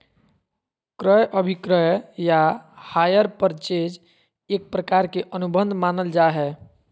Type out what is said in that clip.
क्रय अभिक्रय या हायर परचेज एक प्रकार के अनुबंध मानल जा हय